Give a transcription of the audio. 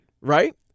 Right